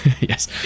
yes